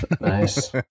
Nice